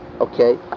Okay